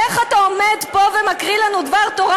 איך אתה עומד פה ומקריא לנו דבר תורה